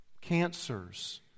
Cancers